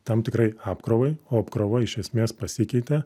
tam tikrai apkrovai o apkrova iš esmės pasikeitė